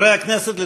חברי הכנסת,